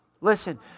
Listen